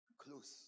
close